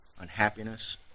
unhappiness